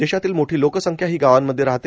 देशातील मोठी लोकसंख्या ही गावांमध्ये राहते